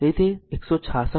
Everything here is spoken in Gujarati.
તેથી તે એક 166